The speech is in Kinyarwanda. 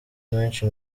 menshi